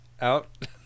out